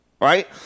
Right